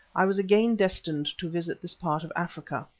i was again destined to visit this part of africa.